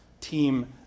team